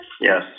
Yes